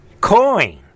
coin